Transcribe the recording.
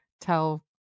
tell